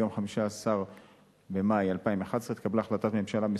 ביום 15 במאי 2011 התקבלה החלטת ממשלה מס'